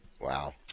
Wow